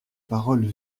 paroles